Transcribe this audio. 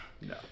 No